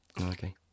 Okay